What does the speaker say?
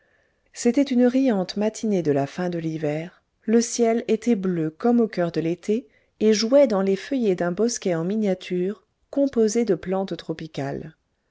c'était une riante matinée de la fin de l'hiver le ciel était bleu comme au coeur de l'été et jouait dans les feuillées d'un bosquet en miniature composé de plantes tropicales